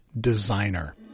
designer